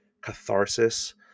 catharsis